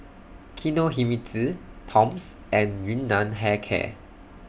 Kinohimitsu Toms and Yun Nam Hair Care